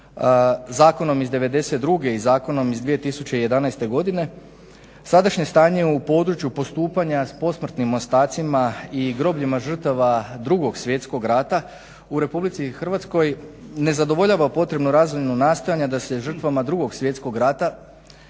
zakonom iz '92. i zakonom iz 2011.godine, sadašnje stanje u području postupanja s posmrtnim ostacima i grobljima žrtava Drugog svjetskog rata u Republici Hrvatskoj ne zadovoljava potrebnu razinu nastojanja da se žrtvama Drugog svjetskog rata